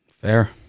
Fair